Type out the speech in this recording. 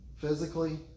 physically